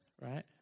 right